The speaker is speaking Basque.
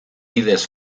bidez